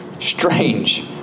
strange